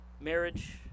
marriage